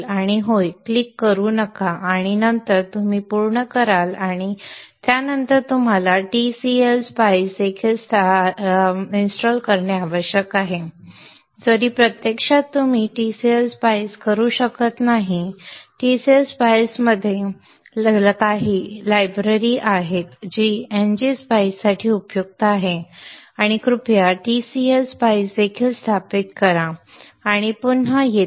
किंवा होय क्लिक करू नका आणि नंतर तुम्ही पूर्ण कराल आणि त्यानंतर तुम्हाला tcl spice देखील स्थापित करणे आवश्यक आहे जरी प्रत्यक्षात तुम्ही tcl spice करू शकत नाही tcl spice मध्ये काही लायब्ररी आहेत जी ngSpice साठी उपयुक्त आहेत आणि कृपया tcl spice देखील स्थापित करा आणि पुन्हा येथे